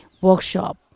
workshop